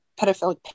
pedophilic